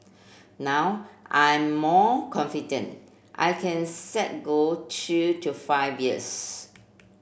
now I'm more confident I can set goal two to five years